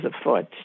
afoot